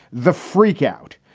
the freakout,